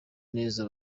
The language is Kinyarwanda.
neza